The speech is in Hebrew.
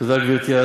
תודה, גברתי.